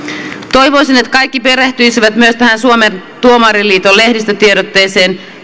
toivoisin että kaikki perehtyisivät myös tähän suomen tuomariliiton lehdistötiedotteeseen